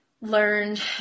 learned